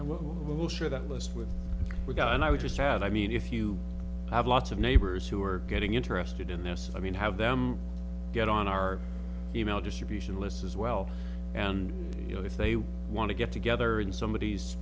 and will share that list with the guy and i would just add i mean if you have lots of neighbors who are getting interested in this i mean have them get on our e mail distribution list as well and you know if they want to get together in somebod